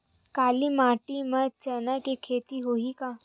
काली माटी म चना के खेती होही का?